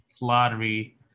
lottery